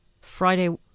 Friday